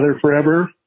forever